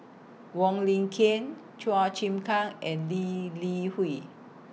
Wong Lin Ken Chua Chim Kang and Lee Li Hui